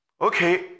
okay